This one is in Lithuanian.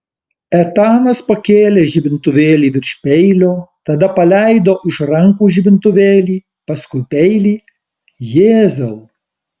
etanas pakėlė žibintuvėlį virš peilio tada paleido iš rankų žibintuvėlį paskui peilį jėzau